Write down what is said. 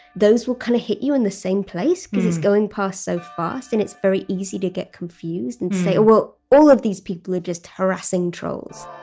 those will kind of hit you in the same place because it's going past so fast and it's very easy to get confused and to say well all of these people are just harassing trolls